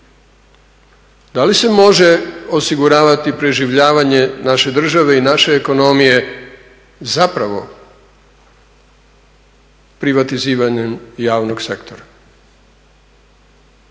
Da li se može osiguravati preživljavanje naše države i naše ekonomije zapravo privatiziranjem javnog sektora